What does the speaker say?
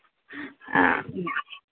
ആ